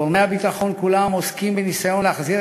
וגורמי הביטחון כולם עוסקים בניסיון להחזיר